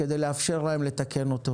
כדי לאפשר להם לתקן אותו.